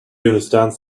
understands